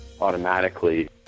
automatically